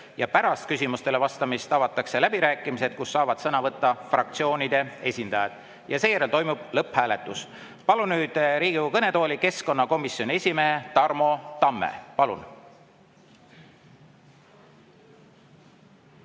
Ja pärast küsimustele vastamist avatakse läbirääkimised, kus saavad sõna võtta fraktsioonide esindajad. Seejärel toimub lõpphääletus. Palun nüüd Riigikogu kõnetooli keskkonnakomisjoni esimehe Tarmo Tamme.